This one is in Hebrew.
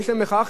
אבל ברוך השם,